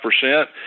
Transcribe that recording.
percent